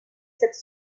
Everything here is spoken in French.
cette